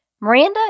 Miranda